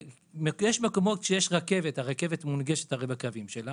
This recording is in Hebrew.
יש מקומות שיש רכבת הרי הרכבת מונגשת בקווים שלה